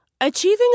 Achieving